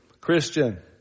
Christian